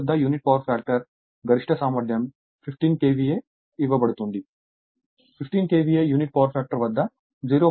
load వద్ద unity power factor గరిష్ట సామర్థ్యం 15 KVA ఇవ్వబడుతుంది15 KVA యునిటీ పవర్ ఫ్యాక్టర్ వద్ద 0